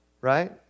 Right